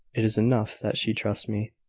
it is enough that she trusts me,